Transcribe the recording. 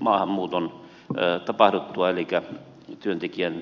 maahanmuuton tapahduttua elikkä työntekijän muutettua tänne